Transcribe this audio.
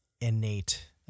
innate